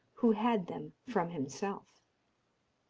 who had them from himself